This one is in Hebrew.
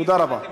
תודה רבה.